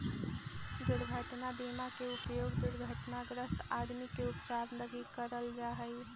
दुर्घटना बीमा के उपयोग दुर्घटनाग्रस्त आदमी के उपचार लगी करल जा हई